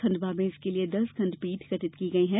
खंडवा में इसके लिए दस खंडपीठ गठित की गई है